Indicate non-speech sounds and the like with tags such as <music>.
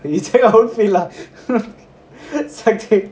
outfield lah <laughs>